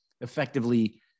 effectively